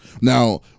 now